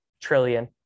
trillion